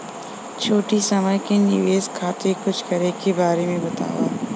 छोटी समय के निवेश खातिर कुछ करे के बारे मे बताव?